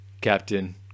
captain